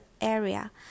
area